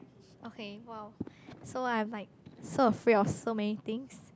okay [wow] so I'm like so afraid of so many things